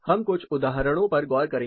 हम कुछ उदाहरणों पर गौर करेंगे